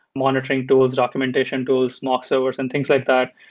monitoring tools, documentation tools, mock servers and things like that.